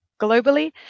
globally